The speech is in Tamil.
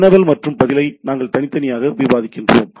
வினவல் மற்றும் பதிலை நாங்கள் தனித்தனியாக விவாதிக்கிறோம்